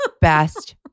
best